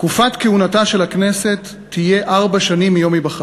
"תקופת כהונתה של הכנסת תהיה ארבע שנים מיום היבחרה",